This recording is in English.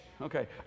Okay